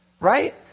right